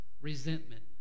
resentment